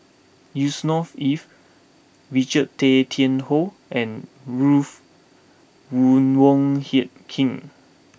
Yusnor Ef Richard Tay Tian Hoe and Ruth Wong Wang Hie King